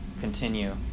continue